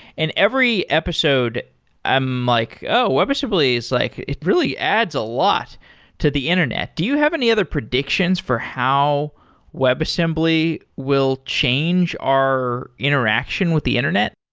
and every episode i'm like, oh, webassembly is like, it really adds a lot to the internet. do you have any other predictions for how webassembly will change our interaction with the internet?